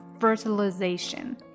Fertilization